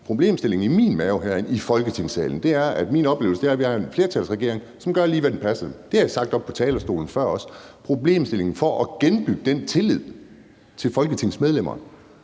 ordentlig måde vil ind på – er, at det er min oplevelse, at vi har en flertalsregering, som gør, lige hvad der passer den. Det har jeg sagt oppe fra talerstolen før også. Problemstillingen kalder på at genopbygge den tillid til Folketingets medlemmer